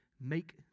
make